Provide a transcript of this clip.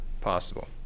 possible